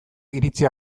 iritzi